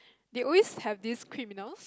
they always have these criminals